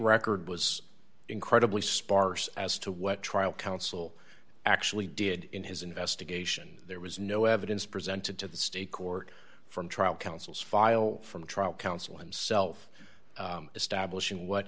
record was incredibly sparse as to what trial counsel actually did in his investigation there was no evidence presented to the state court from trial counsel's file from trial counsel and self establishing what